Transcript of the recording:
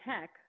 tech